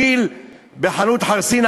פיל בחנות חרסינה.